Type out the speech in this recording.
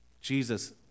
Jesus